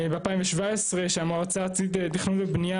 ב- 2017 כשהמועצה הארצית לתכנון ובנייה